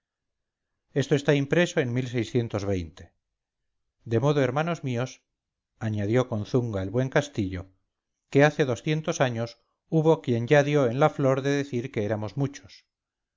esto está impreso en de modo hermanos míos añadió con zunga el buen castillo que hace doscientos años hubo quien ya dio en la flor de decir que éramos muchos